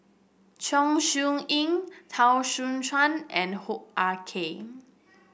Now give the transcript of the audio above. Chong Siew Ying Teo Soon Chuan and Hoo Ah Kay